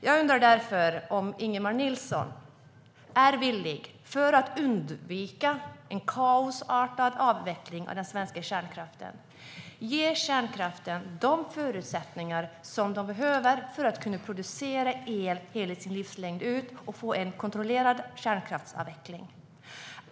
Jag undrar därför: Är Ingemar Nilsson, för att undvika en kaosartad avveckling av den svenska kärnkraften, villig att ge kärnkraften de förutsättningar den behöver för att kunna producera el under hela sin livslängd, så att vi får en kontrollerad kärnkraftsavveckling?